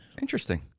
Interesting